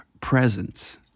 presence